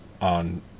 on